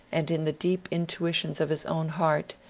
and in the deep intuitions of his own heart,